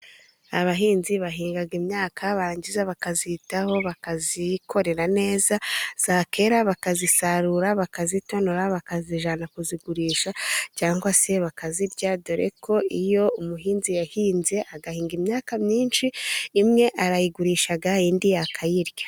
Abahinzi bahinga imyaka, barangiza bakayitaho bakayikorera neza. Yakwera bakayisarura, bakayitonora bakayijyana kuyigurisha, cyangwa se bakayirya. Dore ko iyo umuhinzi yahinze agahinga imyaka myinshi, imwe arayigurisha indi akayirya.